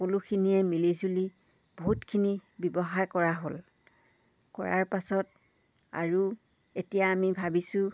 সকলোখিনিয়ে মিলিজুলি বহুতখিনি ব্যৱসায় কৰা হ'ল কৰাৰ পাছত আৰু এতিয়া আমি ভাবিছোঁ